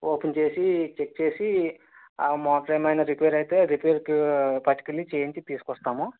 open చేసి check చేసి ఆ మోటర్ ఏమైనా రిపేర్ అయితే రిపేర్కు పట్టుకెళ్ళి చేయించి తీసుకొస్తాము